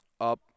up